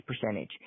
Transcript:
percentage